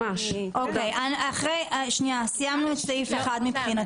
מבחינתי סיימנו את סעיף (1).